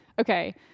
okay